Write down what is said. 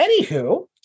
Anywho